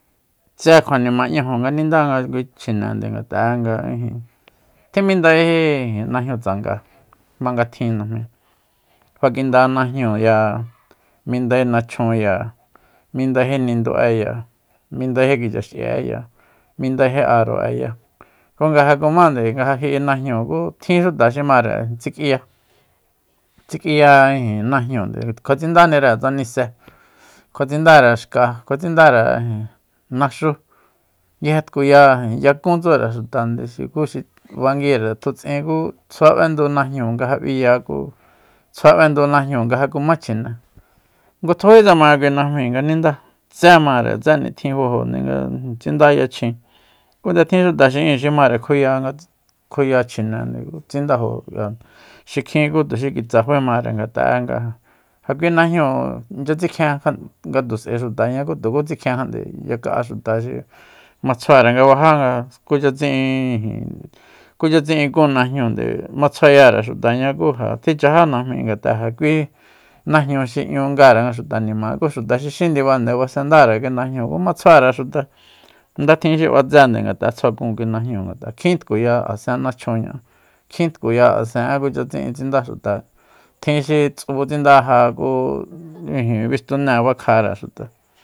Tse kjua nima 'ñaju nga ninda kui chjinende ngat'a ijin tjimindaeji najñu tsanga jmanga tjin najmi fakinda najñúuya mindae nachjunya mindaeji nindu'eya mindaeji kichax'i'eya mindaeji aro'eya ku nga ja kumande nga ja ji'i najñúu ku tjin xuta xi mare tsik'iya tsik'iya ijin najñunde kjua tsindanire tsa nise kjua tsindare tsa xka kjuatsindare ijin naxu nguije tkuya yakún tsure xutande xukuxi banguire tju'tsin ku tsjua b'endu najnu nga ja b'iya ku tsjua bendu najñ'uu nga ja kuma chjine ngutjújítsema kui najmi nga ninda tsé mare tse nitjin fajo nde nga tsinda yachjin ku nde tjin xuta xi'in xi mare kjuya nga kjuya- kjuya chjine ku tsindajo k'ia xikjin ku tuxi kitsa faemare ngat'´a'e nga ja kui najñu inchya tsikjien ngatus'ae xutaña ku tuku tsi kjien kjat'e yaka'a xuta xi ma tsjuare nga bajá nga kucha tsi'in ijin kucha tsi'inkunnajñúunde matsjuare xutaña ku tjichajá najmi ngat'a ja kui najñu xi 'ñu ngare nga xuta nima ku xuta xi xín ndibande basendare kui najñúu ku ma tsjuare xuta tjin xi b'atsende ngat'a tsjua kun kui najñúu ngat'a kjin tkuya asen nachjun ña'á kjin tkuya asen'e kucha tsi'in tsinda xuta tjin xi tsu tsinda ja ku bistunée bakjare